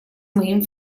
моим